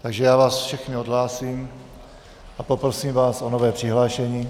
Takže vás všechny odhlásím a poprosím vás o nové přihlášení.